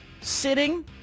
sitting